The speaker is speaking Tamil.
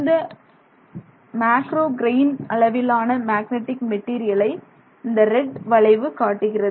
இந்த மேக்ரோ கிரெய்ன் அளவிலான மேக்னடிக் மெட்டீரியலை இந்த ரெட் வளைவு காட்டுகிறது